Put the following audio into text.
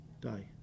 Die